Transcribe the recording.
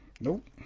nope